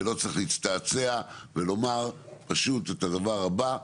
ולא צריך להצטעצע ולומר פשוט את הדבר הבא,